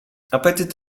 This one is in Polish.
apetyt